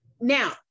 Now